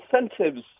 incentives